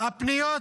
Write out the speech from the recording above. הפניות